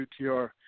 UTR